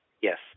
Yes